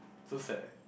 so sad eh